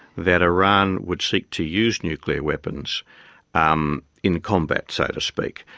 that iran would seek to use nuclear weapons um in combat, so to speak.